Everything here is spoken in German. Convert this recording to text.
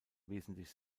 wesentlich